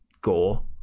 gore